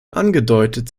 angedeutet